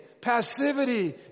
passivity